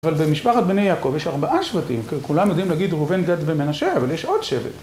אבל במשפחת בני יעקב יש ארבעה שבטים. כולם יודעים להגיד ראובן, גד ומנשה, אבל יש עוד שבט.